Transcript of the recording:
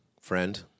friend